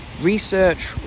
research